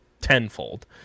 tenfold